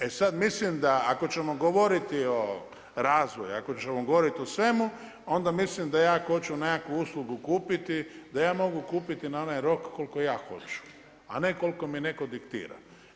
E sada mislim ako ćemo govoriti o razvoju, ako ćemo govoriti o svemu onda mislim da ja hoću nekakvu uslugu kupiti da ja mogu kupiti na onaj rok koliko ja hoću, a ne koliko mi neko diktira.